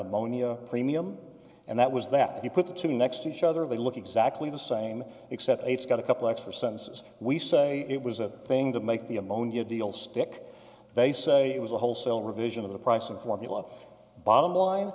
ammonia premium and that was that if you put the two next to each other they look exactly the same except it's got a couple extra cents as we say it was a thing to make the ammonia deal stick they say it was a wholesale revision of the price of formula bottom line